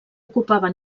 ocupava